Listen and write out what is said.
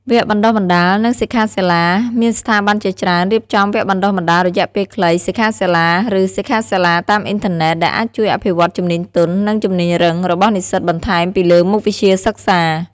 វគ្គបណ្ដុះបណ្ដាល និងសិក្ខាសាលា: មានស្ថាប័នជាច្រើនរៀបចំវគ្គបណ្ដុះបណ្ដាលរយៈពេលខ្លី សិក្ខាសាលា ឬសិក្ខាសាលាតាមអ៊ីនធឺណេត ដែលអាចជួយអភិវឌ្ឍជំនាញទន់ និងជំនាញរឹង របស់និស្សិតបន្ថែមពីលើមុខវិជ្ជាសិក្សា។